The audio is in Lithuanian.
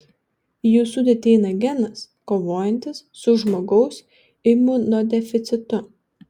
į jų sudėtį įeina genas kovojantis su žmogaus imunodeficitu